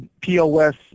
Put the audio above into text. POS